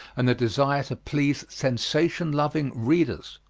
and the desire to please sensation-loving readers.